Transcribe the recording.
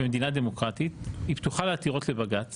זו מדינה דמוקרטית, פתוחה לעתירות לבג"צ